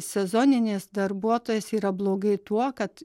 sezoninis darbuotojas yra blogai tuo kad